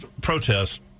Protest